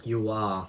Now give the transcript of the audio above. you are